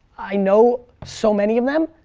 i know so many of them.